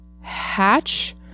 Hatch